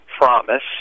promise